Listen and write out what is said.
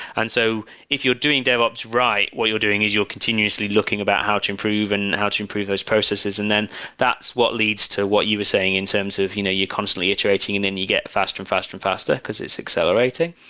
so if you're doing devops right, what you're doing is you're continuously looking about how to improve and how to improve those processes. then that's what leads to what you were saying in terms of you know you're constantly iterating and then you get faster and faster and faster, because it's accelerating.